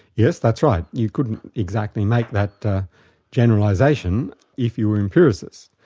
yes, that's right. you couldn't exactly make that generalisation if you were empiricist.